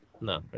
no